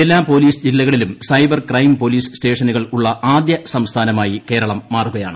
എല്ലാ പോലീസ് ജില്ലകളിലും cyber crime police സ്റ്റേഷനുകൾ ഉള്ള ആദ്യ സംസ്ഥാനമായി കേരളം മാറുകയാണ്